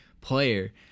player